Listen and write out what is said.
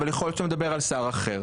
אבל יכול להיות שאתה מדבר על שר אחר.